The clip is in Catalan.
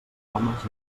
homes